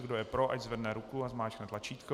Kdo je pro, ať zvedne ruku a zmáčkne tlačítko.